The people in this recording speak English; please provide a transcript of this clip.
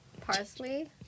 parsley